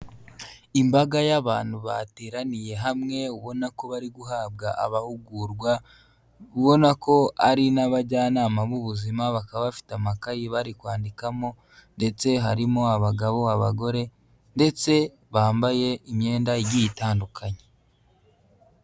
Imbaga y'abantu bateraniye hamwe ubona ko bari guhabwa abahugurwa, ubona ko ari n'abajyanama b'ubuzima, bakaba bafite amakayi bari kwandikamo ndetse harimo abagabo, abagore ndetse bambaye imyenda igiye itandukanye.